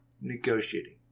negotiating